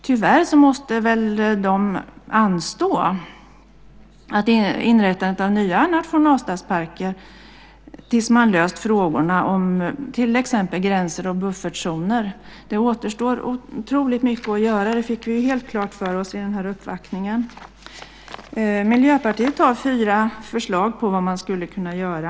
Tyvärr måste väl inrättandet av nya nationalstadsparker anstå tills man har löst frågorna om till exempel gränser och buffertzoner. Det återstår otroligt mycket att göra; det fick vi helt klart för oss vid uppvaktningen. Miljöpartiet har fyra förslag på vad man skulle kunna göra.